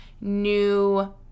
new